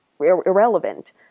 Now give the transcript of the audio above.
irrelevant